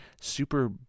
super